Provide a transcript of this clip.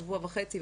שבוע וחצי,